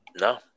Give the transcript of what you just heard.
No